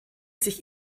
sich